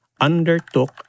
undertook